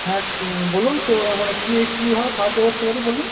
হ্যাঁ বলুন কে মানে কে কীভাবে সাহায্য করতে পারি বলুন